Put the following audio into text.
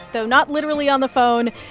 though not literally on the phone.